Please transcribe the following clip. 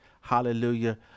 hallelujah